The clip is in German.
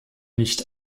nicht